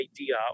idea